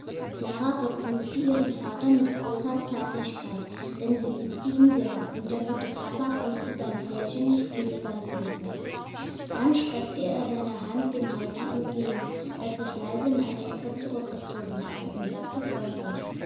klara begrüßte ihren vater mit großer zärtlichkeit denn sie liebte ihn sehr und der gute papa grüßte sein klärchen nicht weniger liebevoll dann streckte er seine hand dem heidi entgegen das sich leise in eine ecke zurückgezogen hatte und sagte freundlich